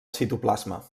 citoplasma